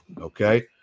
Okay